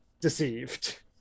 deceived